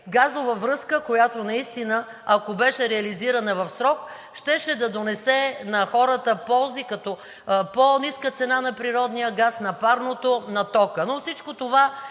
Газова връзка, която наистина, ако беше реализирана в срок, щеше да донесе на хората ползи като по-ниска цена на природния газ, на парното, на тока. Но всичко това